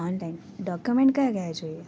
online document કયા કયા જોઈએ